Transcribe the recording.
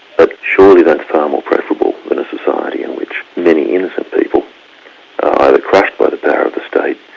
but surely that's far more preferable than a society in which many innocent people are either crushed by the power of the state,